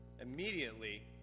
Immediately